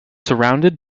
surrounded